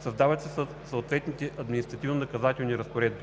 Създават се съответните административнонаказателни разпоредби.